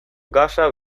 gasa